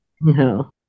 No